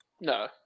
No